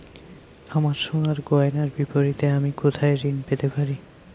আমার সোনার গয়নার বিপরীতে আমি কোথায় ঋণ পেতে পারি?